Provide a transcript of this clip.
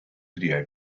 video